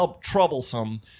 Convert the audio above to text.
troublesome